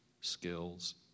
skills